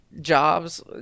jobs